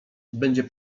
będzie